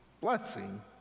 blessing